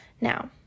Now